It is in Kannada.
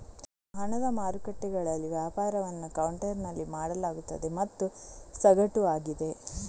ಹಣದ ಮಾರುಕಟ್ಟೆಗಳಲ್ಲಿ ವ್ಯಾಪಾರವನ್ನು ಕೌಂಟರಿನಲ್ಲಿ ಮಾಡಲಾಗುತ್ತದೆ ಮತ್ತು ಸಗಟು ಆಗಿದೆ